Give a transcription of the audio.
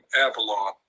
Avalon